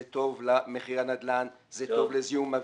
זה טוב למחירי הנדל"ן, זה טוב לזיהום אוויר,